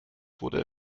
wurde